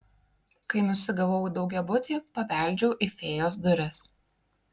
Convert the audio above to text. kai nusigavau į daugiabutį pabeldžiau į fėjos duris